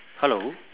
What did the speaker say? hello